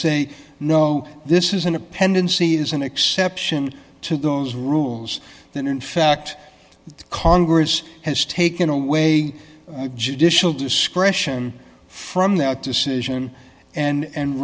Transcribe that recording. say no this isn't a pendency is an exception to those rules that in fact the congress has taken away judicial discretion from that decision and